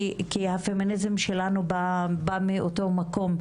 כי הפמיניזם שלנו בא מאותו מקום,